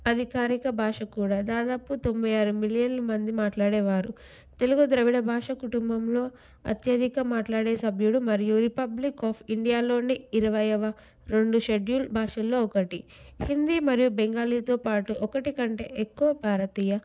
అధికారిక భాష కూడా దాదాపు తొంభై ఆరు మిలియన్ల మంది మాట్లాడేవారు తెలుగు ద్రవిడ భాష కుటుంబంలో అత్యధిక మాట్లాడే సభ్యుడు మరియు రిపబ్లిక్ ఆఫ్ ఇండియాలోని ఇరవైయవ రెండు షెడ్యూల్ భాషల్లో ఒకటి హిందీ మరియు బెంగాలీతో పాటు ఒకటి కంటే ఎక్కువ భారతీయ